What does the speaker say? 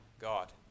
God